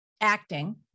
acting